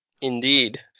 Indeed